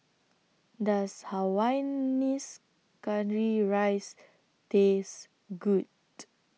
Does Hainanese Curry Rice Taste Good